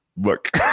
look